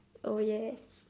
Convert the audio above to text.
oh ya